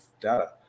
data